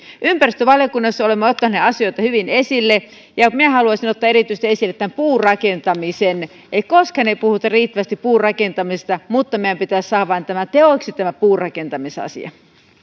ympäristövaliokunnassa olemme ottaneet asioita hyvin esille ja minä haluaisin erityisesti ottaa esille puurakentamisen koskaan ei puhuta riittävästi puurakentamisesta mutta meidän pitäisi vain saada teoiksi tämä puurakentamisasia